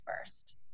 first